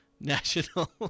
national